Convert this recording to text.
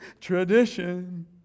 Tradition